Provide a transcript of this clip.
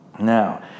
Now